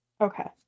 Okay